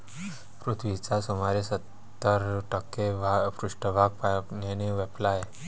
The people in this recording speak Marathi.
पृथ्वीचा सुमारे सत्तर टक्के पृष्ठभाग पाण्याने व्यापलेला आहे